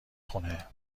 خونه